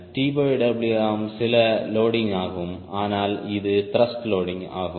TW ம் சில loading ஆகும் ஆனால் இது த்ருஷ்ட் லோடிங் ஆகும்